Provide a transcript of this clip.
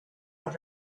los